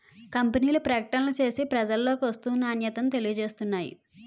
కంపెనీలు ప్రకటనలు చేసి ప్రజలలోకి వస్తువు నాణ్యతను తెలియజేస్తున్నాయి